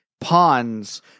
pawns